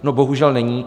No bohužel není.